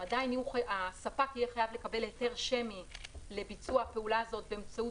עדיין הספק יהיה חייב לקבל היתר שמי לביצוע הפעולה הזאת באמצעות